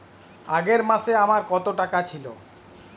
আগের মাসে আমার কত টাকা ছিল?